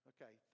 Okay